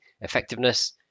effectiveness